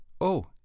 Oh